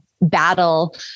battle